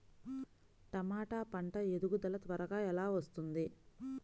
టమాట పంట ఎదుగుదల త్వరగా ఎలా వస్తుంది?